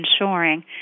ensuring